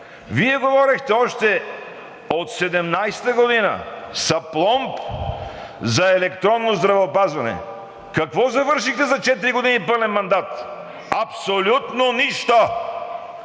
Вие говорихте още от 2017 г. с апломб за електронно здравеопазване. Какво завършихте за четири години пълен мандат? Абсолютно нищо!